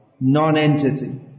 non-entity